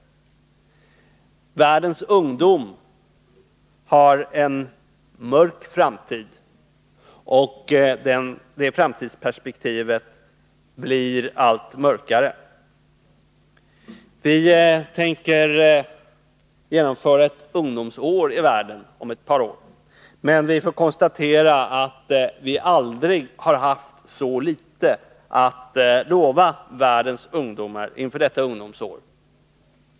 Världens ungdom har en mörk framtid, och dess framtidsperspektiv blir allt mörkare. Vi tänker genomföra ett internationellt ungdomsår om ett par år. Men vi får konstatera att vi aldrig har haft så litet att lova världens ungdomar som inför detta ungdomsår.